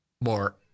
more